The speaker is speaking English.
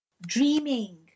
Dreaming